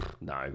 No